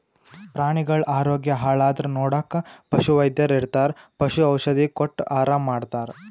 ಪ್ರಾಣಿಗಳ್ ಆರೋಗ್ಯ ಹಾಳಾದ್ರ್ ನೋಡಕ್ಕ್ ಪಶುವೈದ್ಯರ್ ಇರ್ತರ್ ಪಶು ಔಷಧಿ ಕೊಟ್ಟ್ ಆರಾಮ್ ಮಾಡ್ತರ್